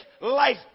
life